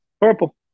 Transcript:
purple